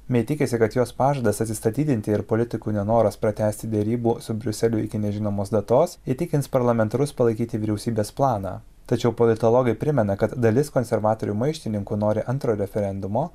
mei tikisi kad jos pažadas atsistatydinti ir politikų nenoras pratęsti derybų su briuseliu iki nežinomos datos įtikins parlamentarus palaikyti vyriausybės planą tačiau politologai primena kad dalis konservatorių maištininkų nori antro referendumo